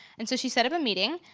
and so she set up a meeting,